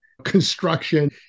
construction